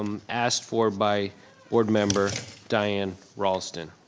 um asked for by board member diane raulston.